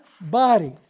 body